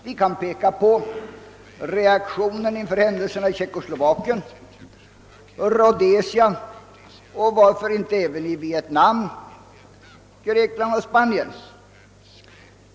Vi kan peka på reaktionen inför händelserna i Tjeckoslovakien, Rhodesia och varför inte även Vietnam, Grekland och Spanien.